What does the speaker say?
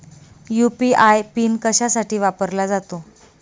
UPI PIN कशासाठी वापरला जातो?